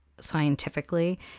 scientifically